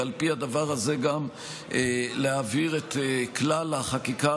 ועל פי הדבר הזה גם להעביר את כלל החקיקה